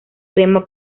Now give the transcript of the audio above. crema